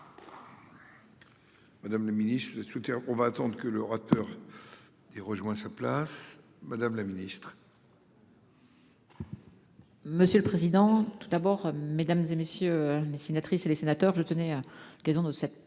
Madame le Ministre de soutien. On va attendre que l'orateur. Et rejoint sa place. Madame la ministre.-- Monsieur le président. Tout d'abord mesdames et messieurs les sénatrices et les sénateurs, je tenais à Casino. Cette première